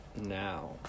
now